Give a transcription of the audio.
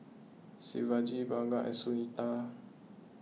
Shivaji Bhagat and Sunita